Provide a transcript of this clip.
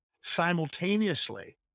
simultaneously